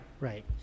right